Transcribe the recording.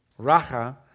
racha